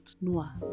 Noah